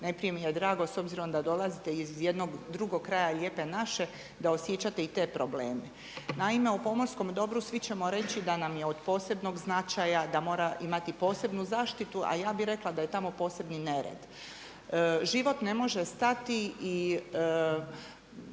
Najprije mi je drago s obzirom da dolazite iz jednog drugog kraja Lijepe naše, da osjećate i te probleme. Naime, o pomorskom dobru svi ćemo reći da nam je od posebnog značaja, da mora imati posebnu zaštitu, a ja bih rekla da je tamo posebni nered. Život ne može stati i